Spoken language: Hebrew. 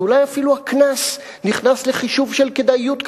אז אולי אפילו הקנס נכנס לחישוב של כדאיות כלכלית.